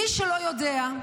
מי שלא יודע,